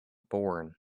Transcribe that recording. born